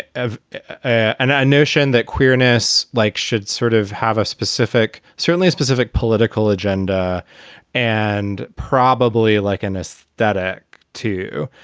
and a notion that queerness like should sort of have a specific certainly a specific political agenda and probably like and this, that ec, too.